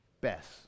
best